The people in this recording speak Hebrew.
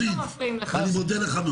היום שלנו לא כל כך ברור,